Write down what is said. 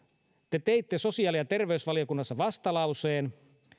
te teitte sosiaali ja terveysvaliokunnassa vastalauseen